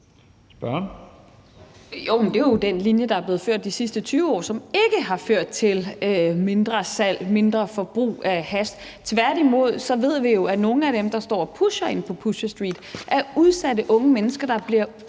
det er jo den linje, der er blevet ført de sidste 20 år, og som ikke har ført til mindre salg eller mindre forbrug af hash. Tværtimod ved vi jo, at nogle af dem, der står og pusher inde på Pusherstreet, er udsatte unge mennesker, der bliver